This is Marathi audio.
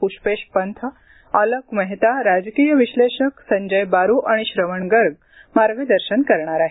पुष्पेष पंथ पद्मश्री आलोक मेहता राजकीय विश्लेषक संजय बारू आणि श्रवण गर्ग मार्गदर्शन करणार आहेत